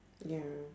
ya